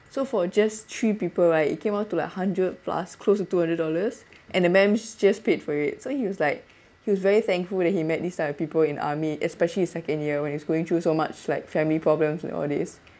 so for just three people right it came up to like hundred plus close to two hundred dollars and the ma'ams just paid for it so he was like he was very thankful that he met this type of people in army especially in second year when he's going through so much like family problems and all these